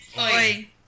Oi